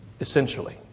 essentially